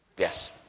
Yes